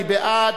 מי בעד?